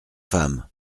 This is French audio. femme